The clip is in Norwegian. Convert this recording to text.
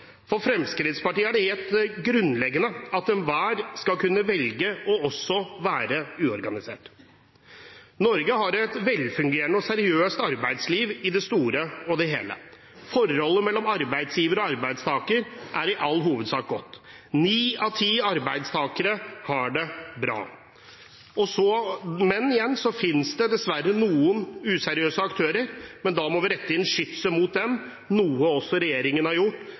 For Fremskrittspartiet er det helt grunnleggende at enhver også skal kunne velge å være uorganisert. Norge har et velfungerende og seriøst arbeidsliv i det store og hele. Forholdet mellom arbeidsgiver og arbeidstaker er i all hovedsak godt. Ni av ti arbeidstakere har det bra. Så finnes det dessverre noen useriøse aktører, men da må man rette inn skytset mot dem, noe regjeringen også har gjort